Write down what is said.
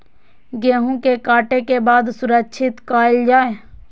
गेहूँ के काटे के बाद सुरक्षित कायल जाय?